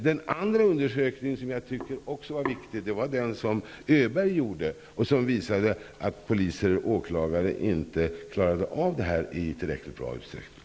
Den andra undersökningen som jag tycker var viktig var den som Kjell Öberg gjorde och som visade att poliser och åklagare inte klarade av detta i tillräckligt bra utsträckning.